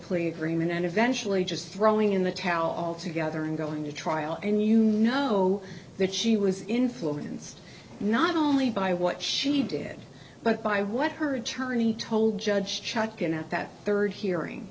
plea agreement and eventually just throwing in the towel altogether and going to trial and you know that she was influenced not only by what she did but by what her attorney told judge chuckin at that third hearing